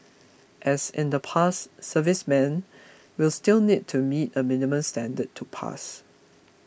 as in the past servicemen will still need to meet a minimum standard to pass